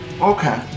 Okay